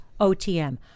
otm